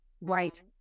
right